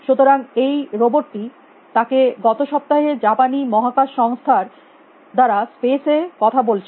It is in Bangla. সুতরাং এই রোবট টি তাকে গত সপ্তাহে জাপানী মহাকাশ সংস্থা র দ্বারা স্পেস এ কথা বলছিল